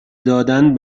دادن